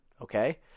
Okay